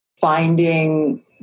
Finding